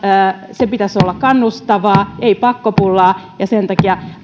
sen pitäisi olla kannustavaa ei pakkopullaa ja sen takia